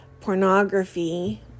pornography